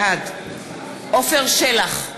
בעד עפר שלח,